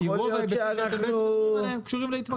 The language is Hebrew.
כי רוב ההיבטים --- קשורים להתמכרות.